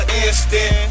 instant